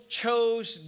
chose